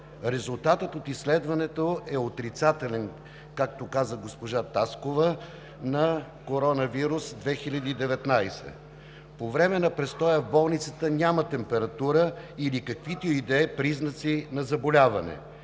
Резултатът от изследването е отрицателен, както каза госпожа Таскова, на коронавирус 2019. По време на престоя в болницата няма температура или каквито и да е признаци на заболяване.